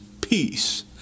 Peace